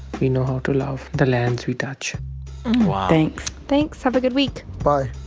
we know how to love the lands we touch wow thanks thanks. have a good week bye